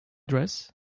dress